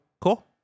Cool